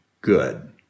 good